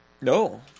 No